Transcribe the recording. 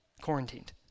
quarantined